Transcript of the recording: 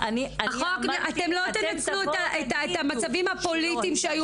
אתם לא תנצלו את המצבים הפוליטיים שהיו